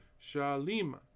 shalima